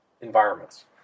environments